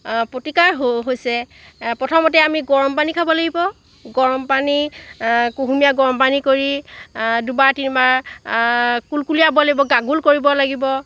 প্ৰতিকাৰ হৈ হৈছে প্ৰথমতে আমি গৰম পানী খাব লাগিব গৰমপানী কুহুমীয়া গৰম পানী কৰি দুবাৰ তিনিবাৰ কুলকুলিয়া হ'ব লাগিব গাৰ্গল কৰিব লাগিব